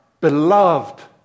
beloved